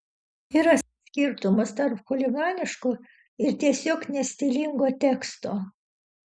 yra skirtumas tarp chuliganiško ir tiesiog nestilingo teksto